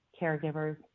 caregivers